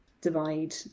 divide